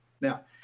Now